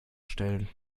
stellen